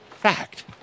fact